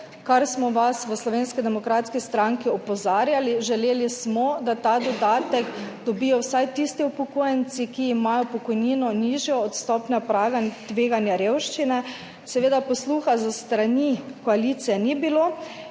vas opozarjali v Slovenski demokratski stranki. Želeli smo, da ta dodatek dobijo vsaj tisti upokojenci, ki imajo pokojnino nižjo od stopnje praga tveganja revščine**,** seveda posluha s strani koalicije ni bilo